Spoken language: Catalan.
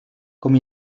com